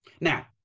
Now